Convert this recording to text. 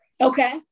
Okay